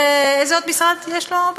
איזה עוד משרד יש לו,